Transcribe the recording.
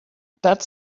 that